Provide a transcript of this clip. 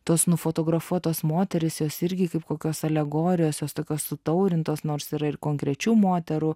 tos nufotografuotos moterys jos irgi kaip kokios alegorijos jos tokios sutaurintos nors yra ir konkrečių moterų